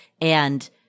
and-